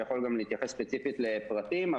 שיכול גם להתייחס ספציפית לפרטים,